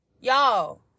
y'all